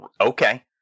Okay